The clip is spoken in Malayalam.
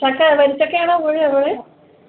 ചക്ക വരിക്ക ചക്കയാണോ കൂഴയാണോ എ